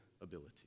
ability